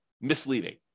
misleading